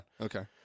Okay